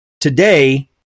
today